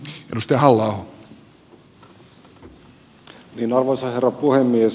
arvoisa herra puhemies